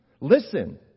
Listen